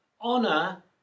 honor